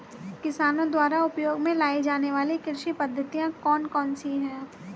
किसानों द्वारा उपयोग में लाई जाने वाली कृषि पद्धतियाँ कौन कौन सी हैं?